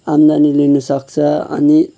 आम्दानी लिनसक्छ अनि